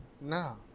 No